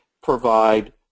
provide